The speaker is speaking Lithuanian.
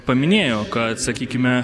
paminėjo kad sakykime